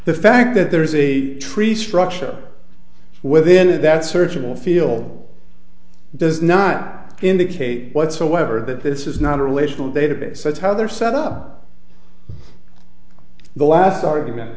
the fact that there is a tree structure within it that search will feel does not indicate whatsoever that this is not a relational database that's how they're set up the last argument